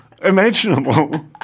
imaginable